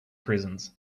prisons